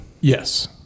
Yes